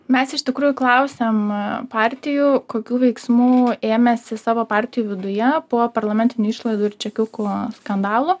mes iš tikrųjų klausėm partijų kokių veiksmų ėmėsi savo partijų viduje po parlamentinių išlaidų ir čekiukų skandalo